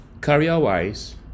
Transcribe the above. career-wise